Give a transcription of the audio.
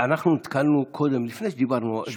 אנחנו נתקלנו קודם, לפני שדיברנו, שמיטה.